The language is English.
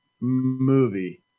movie